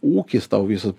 ūkis tau visas